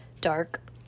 dark